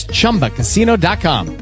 ChumbaCasino.com